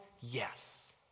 Yes